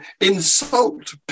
insult